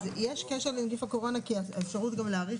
יש קשר לנגיף הקורונה כי האפשרות גם להאריך